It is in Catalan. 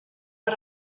per